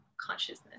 consciousness